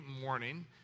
morning